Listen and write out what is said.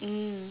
mm